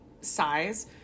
size